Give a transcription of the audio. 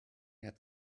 had